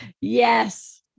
Yes